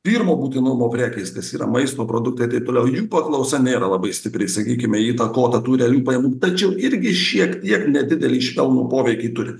pirmo būtinumo prekės kas yra maisto produktai taip toliau jų paklausa nėra labai stipriai sakykime įtakota realių pajamų tačiau irgi šiek tiek nedidelį švelnų poveikį turi